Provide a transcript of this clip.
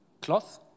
cloth